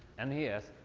and yes.